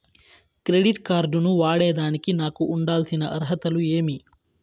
Credit card ను వాడేదానికి నాకు ఉండాల్సిన అర్హతలు ఏమి?